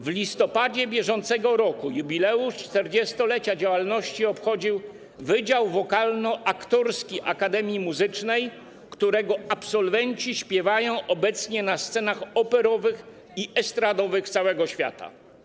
W listopadzie br. jubileusz 40-lecia działalności obchodził Wydział Wokalno-Aktorski Akademii Muzycznej, którego absolwenci śpiewają obecnie na scenach operowych i estradowych całego świata.